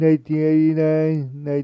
1989